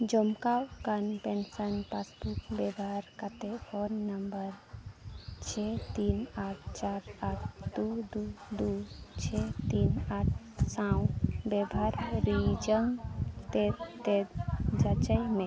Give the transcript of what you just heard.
ᱡᱚᱢᱟᱣᱟᱠᱟᱱ pension passbook ᱵᱮᱵᱷᱟᱨ ᱠᱟᱛᱮᱫ phone number ᱪᱷᱮ ᱛᱤᱱ ᱟᱴ ᱪᱟᱨ ᱟᱴ ᱫᱩ ᱫᱩ ᱫᱩ ᱪᱷᱮ ᱛᱤᱱ ᱟᱴ ᱥᱟᱶ ᱵᱮᱵᱷᱟᱨᱤᱡᱟᱜ ᱛᱮᱛᱮᱫ ᱡᱟᱪᱟᱭ ᱢᱮ